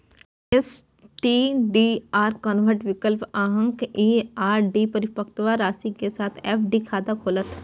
STDR convert विकल्प अहांक ई आर.डी परिपक्वता राशि के साथ एफ.डी खाता खोलत